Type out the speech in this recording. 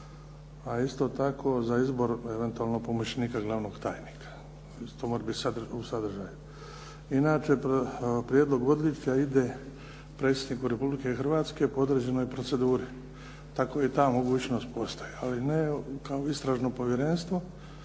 A isto tako za izbor eventualnog pomoćnika glavnog tajnika, isto to mora biti u sadržaju. Inače prijedlog odličja ide predsjedniku Republike Hrvatske po određenoj proceduri, tako i ta mogućnost postoji. Ali ne kao Istražno povjerenstvo,